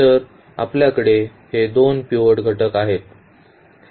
तर आपल्याकडे हे दोन पिव्होट घटक आहेत